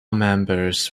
members